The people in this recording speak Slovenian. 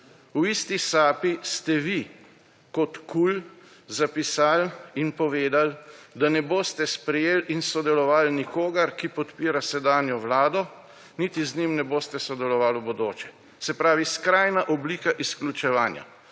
V isti sapi ste vi kot KUL zapisali in povedali, da ne boste sprejeli in sodelovali nikogar, ki podpira sedanje vlado, niti z njim ne boste sodelovali v bodoče. Se pravi, skrajna oblika izključevanja;